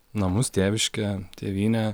namus tėviškę tėvynę